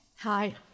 Hi